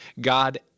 God